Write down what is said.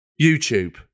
YouTube